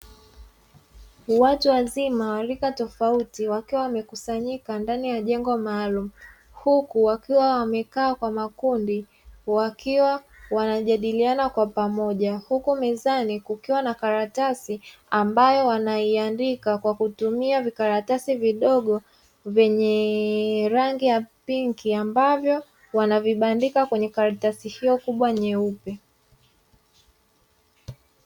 Watu wazima wa rika tofauti, wakiwa wamekusanyika ndani ya jengo maalumu, huku wakiwa wamekaa kwa makundi wakiwa wanajadiliana kwa pamoja. Huku mezani kukiwa na karatasi ambayo wanaiandika kwa kutumia vikaratasi vidogo vyenye rangi ya pinki, ambavyo wanavibandika kwenye karatasi hiyo kubwa nyeupe.